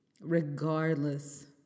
regardless